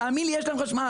תאמין לי שיש להם חשמל.